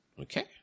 Okay